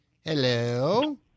Hello